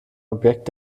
objekt